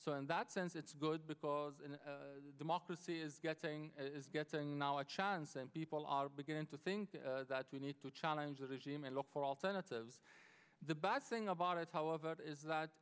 so in that sense it's good because democracy is getting it's getting now a chance and people are beginning to think that we need to challenge the regime and look for alternatives the bad thing about it how about is that